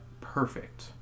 perfect